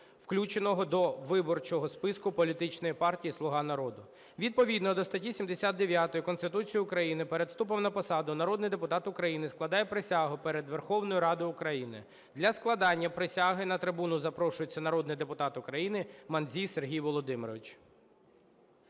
включеного до виборчого списку політичної партії "Слуга народу". Відповідно до статті 79 Конституції України перед вступом на посаду народний депутат України складає присягу перед Верховною Радою України. Для складення присяги на трибуну запрошується народний депутат Україні Мандзій Сергій Володимирович.